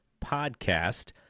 Podcast